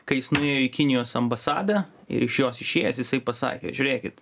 kai jis nuėjo į kinijos ambasadą ir iš jos išėjęs jisai pasakė žiūrėkit